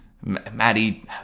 Maddie